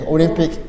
Olympic